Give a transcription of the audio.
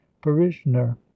parishioner